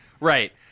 Right